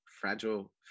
fragile